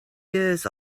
years